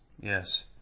Yes